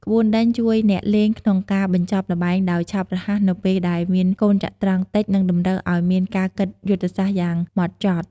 ក្បួនដេញជួយអ្នកលេងក្នុងការបញ្ចប់ល្បែងដោយឆាប់រហ័សនៅពេលដែលមានកូនចត្រង្គតិច និងតម្រូវឲ្យមានការគិតយុទ្ធសាស្ត្រយ៉ាងម៉ត់ចត់។